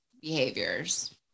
behaviors